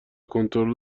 کنترل